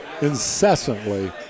incessantly